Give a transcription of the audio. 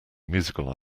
musical